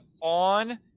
on